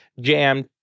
jammed